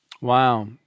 wow